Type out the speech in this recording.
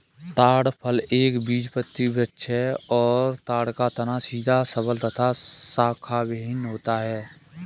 ताड़ फल एक बीजपत्री वृक्ष है और ताड़ का तना सीधा सबल तथा शाखाविहिन होता है